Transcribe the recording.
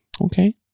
okay